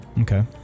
Okay